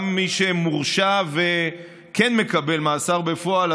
גם מי שמורשע וכן מקבל מאסר בפועל,